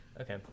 Okay